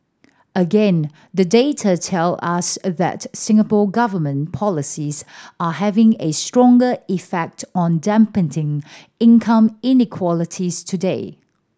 again the data tell us a that Singapore Government policies are having a stronger effect on dampening income inequality's today